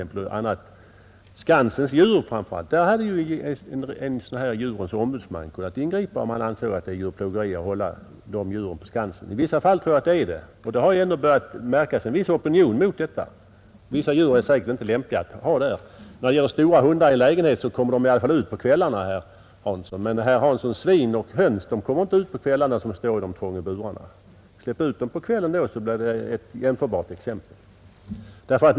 När det gäller Skansens djur hade en djurens ombudsman kunnat ingripa, om han ansett det vara djurplågeri att hålla dem där. I vissa fall tror jag att det är det, och det har också börjat märkas en viss opinion mot detta. Vissa djur är säkerligen inte lämpliga att ha på Skansen. När det gäller stora hundar i lägenheterna kan sägas att de i alla fall kommer ut på kvällarna, herr Hansson, men herr Hanssons svin och höns kommer inte ut på kvällarna utan får stå i de trånga burarna dygnet runt. Släpp ut dem på kvällen då, så blir det ett jämförbart exempel.